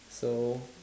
so